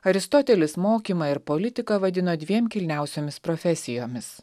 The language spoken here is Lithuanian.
aristotelis mokymą ir politiką vadino dviem kilniausiomis profesijomis